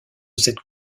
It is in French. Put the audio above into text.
cette